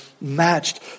matched